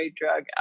drug